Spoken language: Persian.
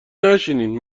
نشینین